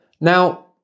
Now